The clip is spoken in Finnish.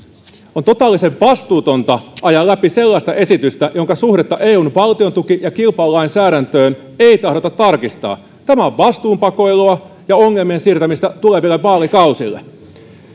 on totaalisen vastuutonta ajaa läpi sellaista esitystä jonka suhdetta eun valtiontuki ja kilpailulainsäädäntöön ei tahdota tarkistaa tämä on vastuunpakoilua ja ongelmien siirtämistä tuleville vaalikausille